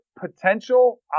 potential